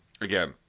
again